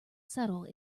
settle